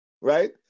Right